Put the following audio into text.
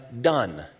done